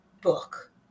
book